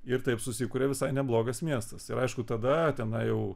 ir taip susikuria visai neblogas miestas ir aišku tada tenai jau